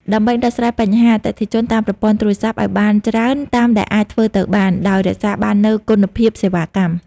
ដើម្បីដោះស្រាយបញ្ហាអតិថិជនតាមប្រព័ន្ធទូរស័ព្ទឱ្យបានច្រើនតាមដែលអាចធ្វើទៅបាន ដោយរក្សាបាននូវគុណភាពសេវាកម្ម។